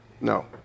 No